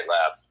Lab